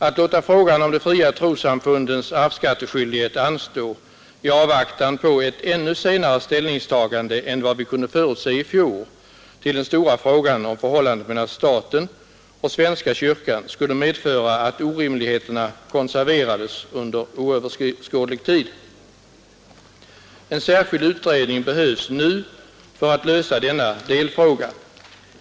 Att låta frågan om de fria trossamfundens arvsskatteskyldighet anstå i avvaktan på ett ännu senare ställningstagande än vad vi kunde förutse i fjol till den stora frågan om förhållandet mellan staten och svenska kyrkan skulle medföra att orimligheterna konserverades under oöverskådlig tid. En särskild utredning behövs nu för att lösa denna delfråga.